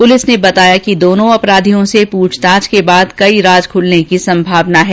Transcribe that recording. police ने बताया कि दोनों अपराधियों से पूछताछ के बाद कई राज खुलने की संभावना है